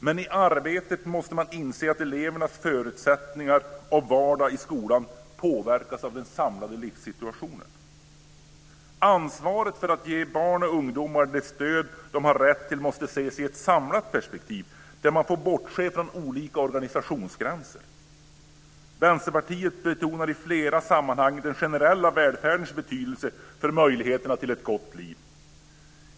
Men i arbetet måste man inse att elevernas förutsättningar och vardag i skolan påverkas av den samlade livssituationen. Ansvaret för att ge barn och ungdomar det stöd de har rätt till måste ses i ett samlat perspektiv, där man får bortse från olika organisationsgränser. Vänsterpartiet betonar i flera sammanhang den generella välfärdens betydelse för möjligheterna till ett gott liv.